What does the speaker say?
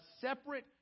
separate